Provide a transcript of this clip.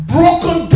broken